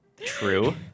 true